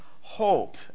hope